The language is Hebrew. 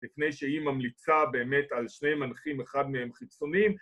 ‫לפני שהיא ממליצה באמת ‫על שני מנחים, אחד מהם חיצונים.